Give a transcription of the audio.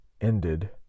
ended